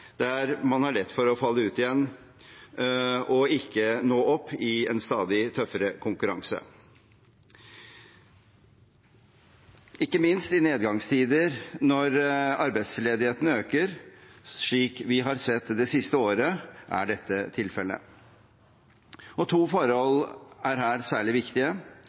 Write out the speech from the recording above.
der man har lett for å falle ut igjen og ikke nå opp i en stadig tøffere konkurranse. Ikke minst i nedgangstider når arbeidsledigheten øker, slik vi har sett det siste året, er dette tilfellet. To forhold er her særlig viktige: